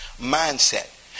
mindset